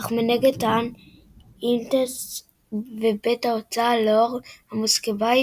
אך מנגד טען ימטס ובית ההוצאה לאור המוסקבאי